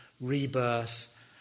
rebirth